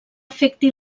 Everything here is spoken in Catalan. afecti